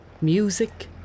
Music